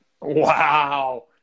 Wow